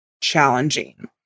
challenging